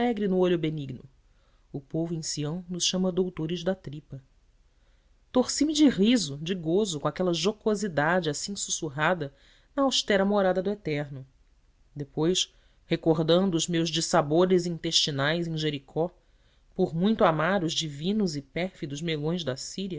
alegre no olho benigno o povo em sião nos chama doutores da tripa torci me de riso de gozo com aquela jocosidade assim sussurrada na austera morada do eterno depois recordando os meus dissabores intestinais em jericó por muito amar os divinos e pérfidos melões da